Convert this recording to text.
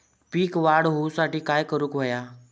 पीक वाढ होऊसाठी काय करूक हव्या?